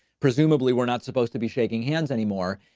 presumably, we're not supposed to be shaking hands anymore.